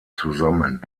zusammen